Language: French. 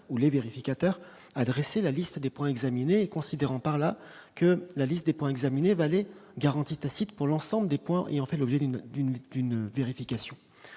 ou les vérificateurs a dressé la liste des points examinés considérant par là que la liste des points examinés garantie tacite pour l'ensemble des points et en fait l'objet d'une d'une